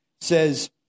says